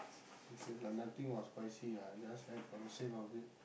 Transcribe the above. okay lah nothing was spicy ah just act for the sake of it